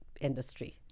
industry